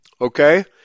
Okay